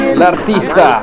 l'artista